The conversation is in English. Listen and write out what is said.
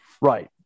Right